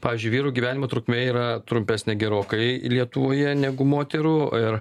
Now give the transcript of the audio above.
pavyzdžiui vyrų gyvenimo trukmė yra trumpesnė gerokai lietuvoje negu moterų ir